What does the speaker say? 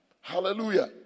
Hallelujah